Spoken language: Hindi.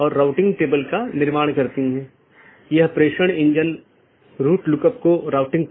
और EBGP में OSPF इस्तेमाल होता हैजबकि IBGP के लिए OSPF और RIP इस्तेमाल होते हैं